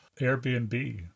Airbnb